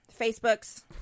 Facebook's